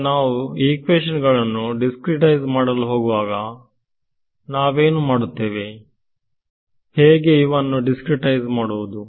ಈಗ ನಾವು ಇಕ್ವೇಶನ್ ಗಳನ್ನು ದಿಸ್ಕ್ರೀಟ್ ಐಸ್ ಮಾಡಲು ಹೋಗುವಾಗ ನಾವೇನು ಮಾಡುತ್ತೇವೆ ಹೇಗೆ ಇವನು ಡಿಸ್ಕ್ರೀಟ್ ಐಸ್ ಮಾಡುವುದು